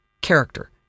character